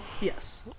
yes